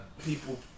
people